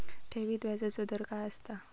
ठेवीत व्याजचो दर काय असता?